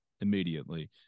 immediately